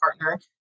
partner